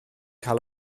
cael